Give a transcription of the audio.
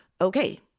Okay